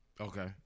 Okay